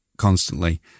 Constantly